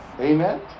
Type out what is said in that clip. Amen